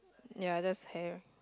ya that's her hair